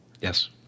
Yes